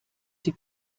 sie